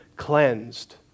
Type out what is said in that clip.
cleansed